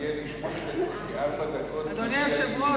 אדוני היושב-ראש,